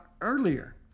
earlier